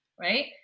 right